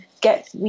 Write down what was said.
get